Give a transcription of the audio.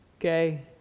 Okay